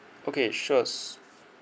okay sure s~